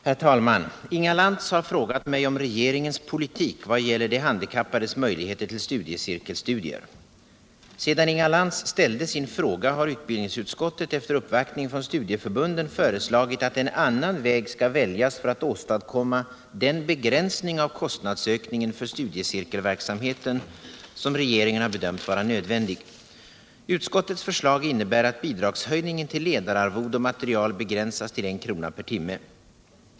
Herr talman! Inga Lantz har frågat mig om regeringens politik vad gäller de handikappades möjligheter till studiecirkelstudier. Sedan Inga Lantz ställde sin fråga har utbildningsutskottet efter uppvaktning från studieförbunden föreslagit att en annan väg skall väljas för att åstadkomma den begränsning av kostnadsökningen för studiecirkelverksamheten som regeringen har bedömt vara nödvändig. Utskottets förslag innebär att bidragshöjningen till ledararvode och material begränsas till 1 kr. per timme.